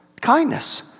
Kindness